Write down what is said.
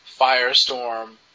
Firestorm